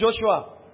Joshua